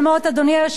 אדוני היושב-ראש,